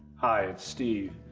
hi. it's steve.